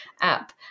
app